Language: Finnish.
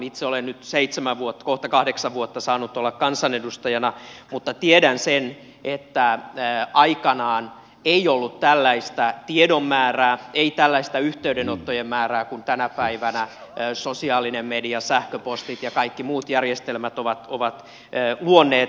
itse olen nyt kohta kahdeksan vuotta saanut olla kansanedustajana mutta tiedän sen että aikanaan ei ollut tällaista tiedon määrää ei tällaista yhteydenottojen määrää kuin tänä päivänä minkä sosiaalinen media sähköpostit ja kaikki muut järjestelmät ovat luoneet